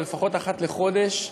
אבל לפחות אחת לחודש,